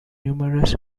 numerous